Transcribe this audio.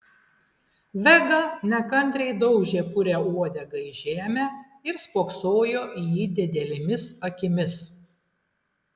vega nekantriai daužė purią uodegą į žemę ir spoksojo į jį didelėmis akimis